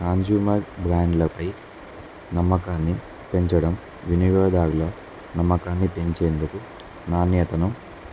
consumer బ్రాండ్లపై నమ్మకాన్ని పెంచడం వినియోగదారుల నమ్మకాన్ని పెంచేందుకు నాణ్యతను